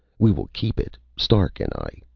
we will keep it, stark and i.